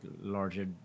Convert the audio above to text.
larger